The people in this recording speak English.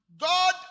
God